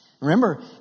Remember